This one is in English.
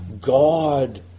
God